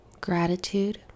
gratitude